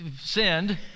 sinned